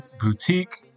boutique